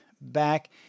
back